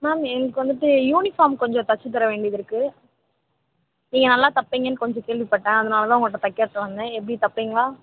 ma'am எங்களுக்கு வந்துவிட்டு uniform கொஞ்சம் தச்சு தர வேண்டியதுருக்கு நீங்கள் நல்லா தைப்பீங்கன்னு கொஞ்சம் கேள்விப்பட்டேன் அதனால் தான் உங்கள்ட்ட தைக்கிறதுக்கு வந்தேன் எப்படி தைப்பிங்களா